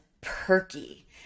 perky